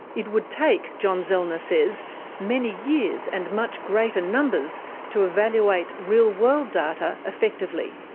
it would take, john zellner says, many years and much greater numbers to evaluate real-world data effectively.